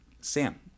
sam